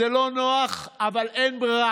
זה לא נוח, אבל אין ברירה.